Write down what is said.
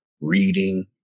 reading